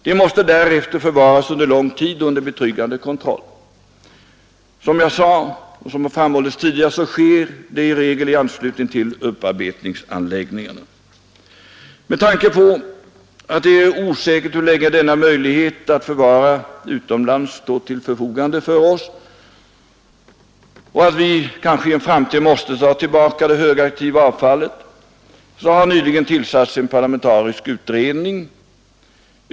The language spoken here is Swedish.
De måste därefter förvaras under lång tid och under betryggande kontroll. Som jag sade och som har framhållits tidigare sker detta för närvarande i regel i anslutning till upparbetningsanläggningen. Med tanke på att det är osäkert hur länge denna möjlighet till förvaring utomlands står till förfogande för oss och att vi kanske i en framtid måste ta tillbaka det högaktiva avfallet har nyligen tillsatts en parlamentarisk utredning.